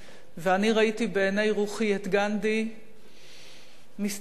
ואני ראיתי בעיני רוחי את גנדי מסתכל על